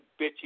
bitchy